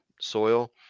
soil